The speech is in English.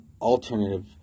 alternative